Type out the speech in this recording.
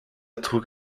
trug